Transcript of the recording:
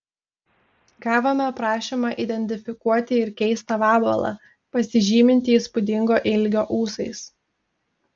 gavome prašymą identifikuoti ir keistą vabalą pasižymintį įspūdingo ilgio ūsais